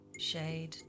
shade